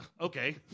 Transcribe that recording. okay